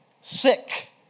sick